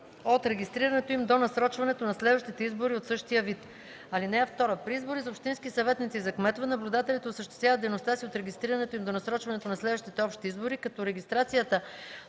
от регистрирането им до насрочването на следващите избори от същия вид. (2) При избори за общински съветници и за кметове наблюдателите осъществяват дейността си от регистрирането им до насрочването на следващите общи избори, като регистрацията